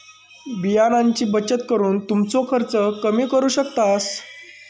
बियाण्यांची बचत करून तुमचो खर्च कमी करू शकतास